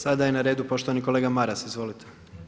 Sada je na redu poštovani kolega Maras, izvolite.